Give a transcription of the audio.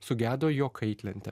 sugedo jo kaitlentė